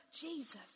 Jesus